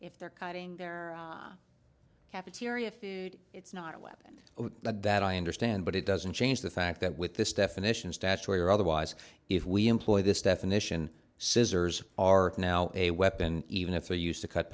if they're cutting their cafeteria food it's not a weapon that i understand but it doesn't change the fact that with this definition statutory or otherwise if we employ this definition scissors are now a weapon even if they used to cut